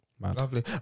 lovely